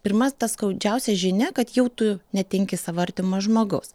pirma tas skaudžiausia žinia kad jau tu netenki savo artimo žmogaus